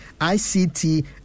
ICT